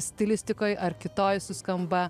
stilistikoj ar kitoje suskamba